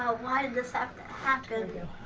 ah why did this ah have to kind of yeah